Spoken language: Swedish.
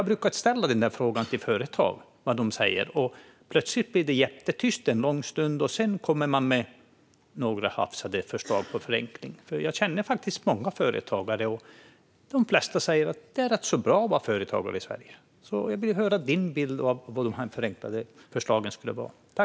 När jag ställer denna fråga till företag brukar det bli jättetyst, och sedan kommer de med några hafsiga förslag på förenklingar. Jag känner många företagare, och de flesta säger att det är rätt bra att vara företagare i Sverige. Jag vill därför gärna höra dina förslag på vilka de förenklade villkoren skulle vara.